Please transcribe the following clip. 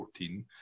2014